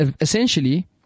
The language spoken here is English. essentially